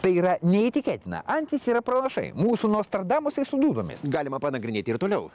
tai yra neįtikėtina antis yra pranašai mūsų nostrdamusai su dūdomis galima panagrinėti ir toliau